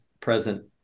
present